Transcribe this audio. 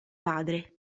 padre